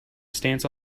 stance